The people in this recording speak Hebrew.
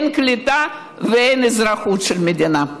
אין קליטה ואין אזרחות של המדינה.